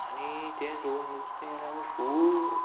आनी तें सोडून नुस्तें जाल्यार खूब